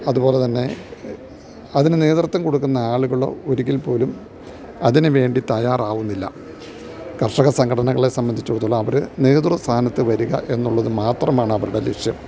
അതുപോലെ തന്നെ അതിനു നേതൃത്വം കൊടുക്കുന്ന ആളുകളോ ഒരിക്കൽ പോലും അതിനു വേണ്ടി തയ്യാറാവുന്നില്ല കർഷക സംഘടനകളെ സംബന്ധിച്ചിടത്തോളം അവര് നേതൃ സ്ഥാനത്തു വരിക എന്നുള്ളതു മാത്രമാണ് അവരുടെ ലക്ഷ്യം